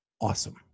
awesome